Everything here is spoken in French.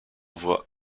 voie